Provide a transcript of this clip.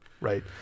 right